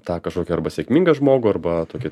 tą kažkokį arba sėkmingą žmogų arba tokį